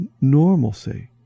normalcy